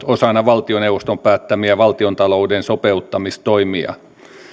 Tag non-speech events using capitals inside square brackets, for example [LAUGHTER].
[UNINTELLIGIBLE] osana valtioneuvoston päättämiä valtiontalouden sopeuttamistoimia